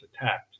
attacked